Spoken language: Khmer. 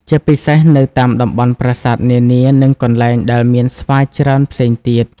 ជាពិសេស នៅតាមតំបន់ប្រាសាទនានា និងកន្លែងដែលមានស្វាច្រើនផ្សេងទៀត។